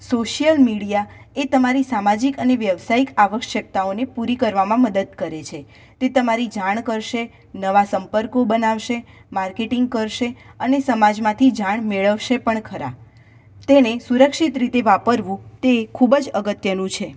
social media એ તમારી સામાજિક અને વ્યાવસાયિક આવશ્યકતાઓને પૂરી કરવામાં મદદ કરે છે તે તમારી જાણ કરશે નવા સંપર્કો બનાવશે માર્કેટિંગ કરશે અને સમાજમાંથી જાણ મેળવશે પણ ખરા તેને સુરક્ષિત રીતે વાપરવું તે ખૂબ જ અગત્યનું છે